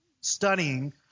studying